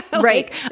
Right